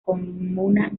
comuna